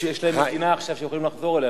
יש להם עכשיו מדינה שהם יכולים לחזור אליה,